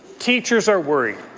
teachers are worried,